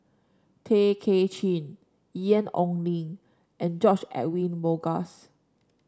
Tay Kay Chin Ian Ong Li and George Edwin Bogaars